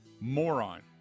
Moron